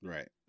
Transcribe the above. Right